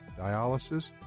dialysis